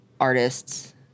artists